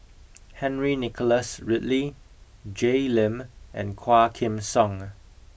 Henry Nicholas Ridley Jay Lim and Quah Kim Song